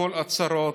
הכול הצהרות,